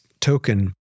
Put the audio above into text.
token